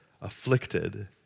afflicted